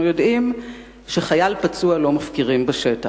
אנחנו יודעים שחייל פצוע לא מפקירים בשטח,